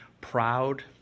Proud